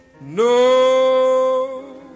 No